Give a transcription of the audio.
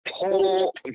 Total